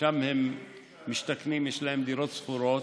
ושם הם משתכנים, יש להם דירות שכורות.